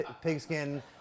pigskin